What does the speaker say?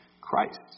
Christ